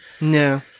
No